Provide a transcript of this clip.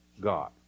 God